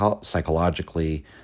psychologically